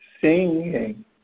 singing